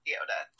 Yoda